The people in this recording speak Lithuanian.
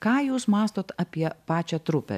ką jūs mąstot apie pačią trupę